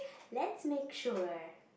let's make sure